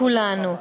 כולנו.